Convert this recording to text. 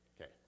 Okay